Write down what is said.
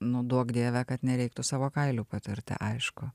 nu duok dieve kad nereiktų savo kailiu patirti aišku